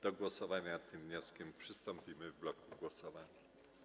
Do głosowania nad tym wnioskiem przystąpimy w bloku głosowań.